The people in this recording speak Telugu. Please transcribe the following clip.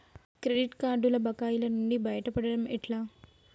క్రెడిట్ కార్డుల బకాయిల నుండి బయటపడటం ఎట్లా?